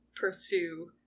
pursue